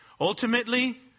Ultimately